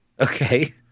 Okay